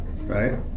right